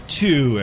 two